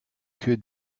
que